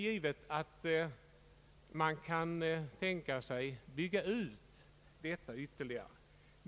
Självfallet kan man tänka sig att bygga ut denna representation ytterligare.